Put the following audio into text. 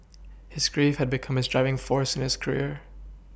his grief had become his driving force in his career